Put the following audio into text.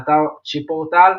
באתר chiportal,